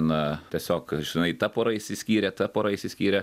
na tiesiog žinai ta pora išsiskyrė ta pora išsiskyrė